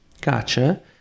Gotcha